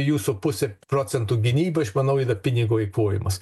jūsų pusė procentų gynybai aš manau pinigo eikvojimas